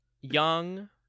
young